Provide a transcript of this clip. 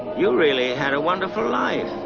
you really had a wonderful life.